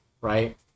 right